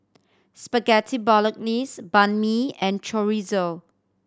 Spaghetti Bolognese Banh Mi and Chorizo